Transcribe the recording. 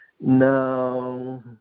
no